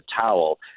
towel